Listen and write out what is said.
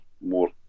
more